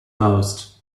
most